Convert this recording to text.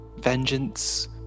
vengeance